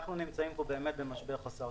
אנחנו נמצאים במצב קשה.